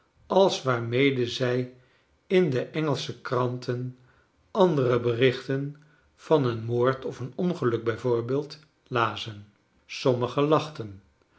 als waarmede zij in de engelsche kranten andere berichten van een moord of een ongeluk b v lazen sommigen lachten